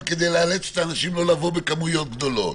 כדי לאלץ את האנשים לא לבוא בכמויות גדולות.